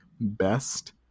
best